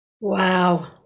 Wow